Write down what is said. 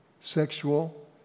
sexual